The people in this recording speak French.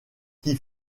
qui